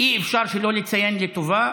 ואי-אפשר שלא לציין לטובה